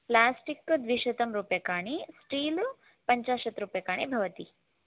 plastic तु द्विशतं रूप्यकाणि स्टील् पञ्चाशत् रूप्यकाणि भवति